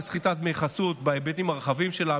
זה סחיטת דמי חסות בהיבטים הרחבים שלה,